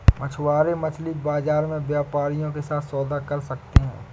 मछुआरे मछली बाजार में व्यापारियों के साथ सौदा कर सकते हैं